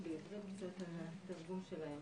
אנחנו ממשיכים בעבודת הוועדה למרות השינויים,